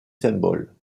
symboles